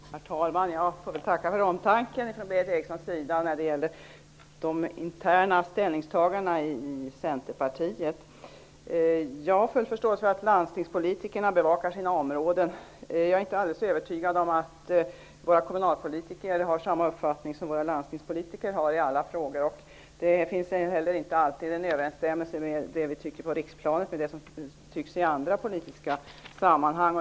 Herr talman! Jag får tacka för Berith Erikssons omtanke när det gäller de interna ställningstagandena i Centerpartiet. Jag har full förståelse för att landstingspolitikerna bevakar sina områden. Jag är inte alldeles övertygad om att våra kommunalpolitiker har samma uppfattning som våra landstingspolitiker i alla frågor. Det finns inte heller alltid en överensstämmelse mellan det vi tycker på riksplanet och det som tycks i andra politiska sammanhang.